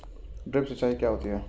Drip सिंचाई क्या होती हैं?